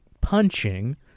punching